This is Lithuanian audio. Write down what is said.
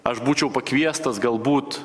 aš būčiau pakviestas galbūt